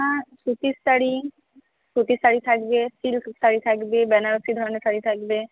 হ্যাঁ সুতির শাড়ি সুতির শাড়ি থাকবে সিল্ক শাড়ি থাকবে বেনারসি ধরনের শাড়ি থাকবে